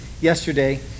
yesterday